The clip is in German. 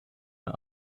der